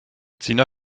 sina